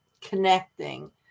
connecting